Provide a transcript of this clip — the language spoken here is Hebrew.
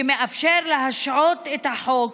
שמאפשר להשעות את החוק,